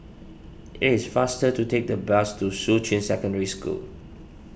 it is faster to take the bus to Shuqun Secondary School